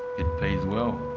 it pays well,